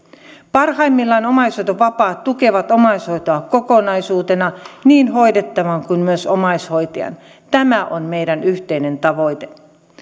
parhaimmillaan omaishoitovapaat tukevat omaishoitoa kokonaisuutena niin hoidettavan kuin myös omaishoitajan tämä on meidän yhteinen tavoite